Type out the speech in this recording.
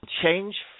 change